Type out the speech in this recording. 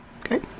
Okay